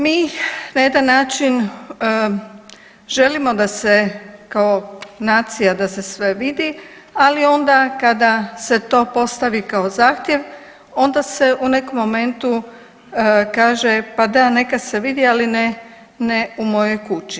Mi na jedan način želimo da se kao nacija da se sve vidi, ali onda kada se to postavi kao zahtjev onda se u nekom momentu kaže pa da neka se vidi, ali ne, ne u mojoj kući.